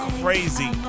Crazy